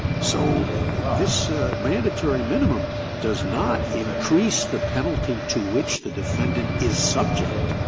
so this mandatory minimum does not increase the penalty to which the defendant is subject.